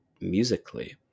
musically